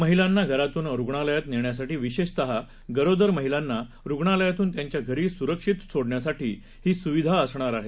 महिलांनाघरातूनरुग्णालयातनेण्यासाठीविशेषतःगरोदरमहिलांनारुग्णालयातूनत्यांच्याघरीसुरक्षितसोडण्यासाठीहीसुविधाअसणारआहे